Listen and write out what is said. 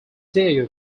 diego